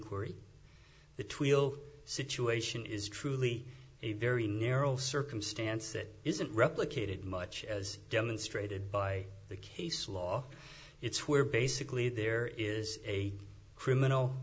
tweel situation is truly a very narrow circumstance that isn't replicated much as demonstrated by the case law it's where basically there is a criminal